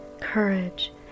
courage